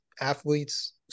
athletes